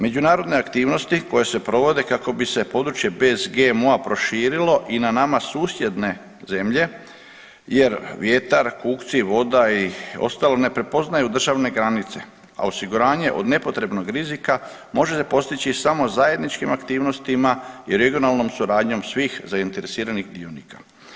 Međunarodne aktivnosti koje se provode kako bi se područje bez GMO-a proširilo i na nama susjedne zemlje jer vjetar, kukci, voda i ostalo ne prepoznaju državne granice, a osiguranje od nepotrebnog rizika može se postići samo zajedničkim aktivnosti i regionalnom suradnjom svih zainteresiranih dionika.